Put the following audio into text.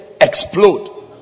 explode